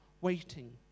waiting